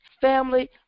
family